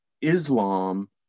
Islam